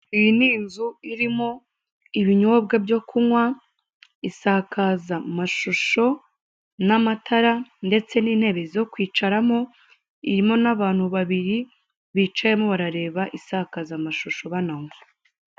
Iyi ni inzu irimo ibinyobwa byo kunywa, isakaza mashusho n'amatara, ndetse n'intebe zo kwicaramo irimo n'abantu babiri, bicayemo barareba insakazamashusho bananywa.